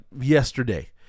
yesterday